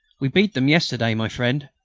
we beat them yesterday, my friend.